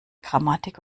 grammatik